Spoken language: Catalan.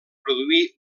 produí